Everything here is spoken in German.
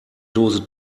dose